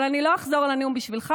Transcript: אבל אני לא אחזור על הנאום בשבילך,